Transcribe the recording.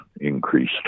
increased